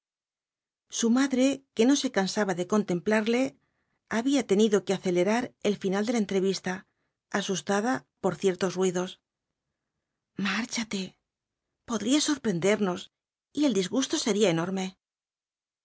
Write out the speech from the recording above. su madre que no se cansaba de contemplarle había tenido que acelerar el final de la entrevista asustada por ciertos ruidos márchate podría sorprendernos y el disgusto sería enorme